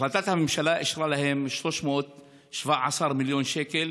החלטת הממשלה אישרה להם 317 מיליון שקל